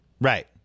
Right